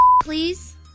please